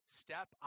step